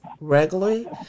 regularly